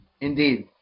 Indeed